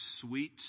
sweet